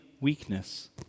weakness